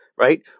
right